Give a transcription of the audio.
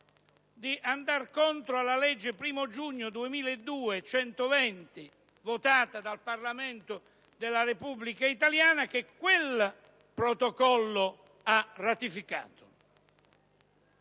di andare contro la legge 1° giugno 2002, n. 120, votata dal Parlamento della Repubblica italiana che quel Protocollo ha ratificato.